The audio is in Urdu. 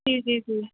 جی جی جی